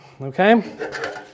okay